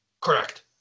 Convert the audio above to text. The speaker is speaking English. Correct